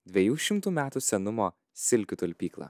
dviejų šimtų metų senumo silkių talpyklą